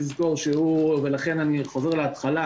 לכן אני חוזר להתחלה